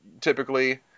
typically